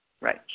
Right